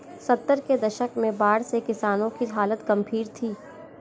सत्तर के दशक में बाढ़ से किसानों की हालत गंभीर थी